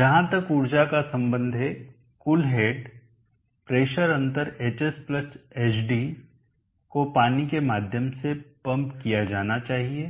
जहां तक ऊर्जा का संबंध है कुल हेड प्रेशर अंतर hshd को पानी के माध्यम से पंप किया जाना चाहिए